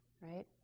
right